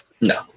no